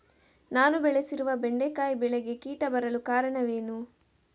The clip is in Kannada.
ನಾನು ಬೆಳೆಸಿರುವ ಬೆಂಡೆಕಾಯಿ ಬೆಳೆಗೆ ಕೀಟ ಬರಲು ಕಾರಣವೇನು?